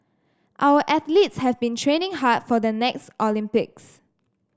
our athletes have been training hard for the next Olympics